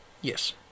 Yes